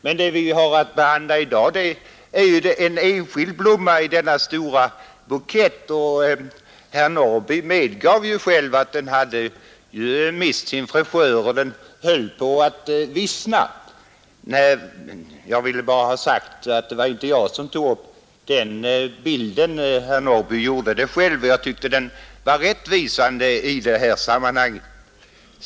Men det vi har att behandla i dag är en enskild blomma i denna stora bukett, och herr Norrby i Åkersberga medgav ju att den hade mist sin fräschör och höll på att vissna. Jag vill bara ha sagt att det var inte jag som använde denna bild; herr Norrby gjorde det själv, och jag tyckte den var rättvisande i det här sammanhanget.